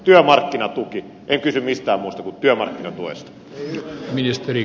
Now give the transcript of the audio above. työmarkkinatuki en kysy mistään muusta kuin työmarkkinatuesta